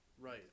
Right